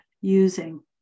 using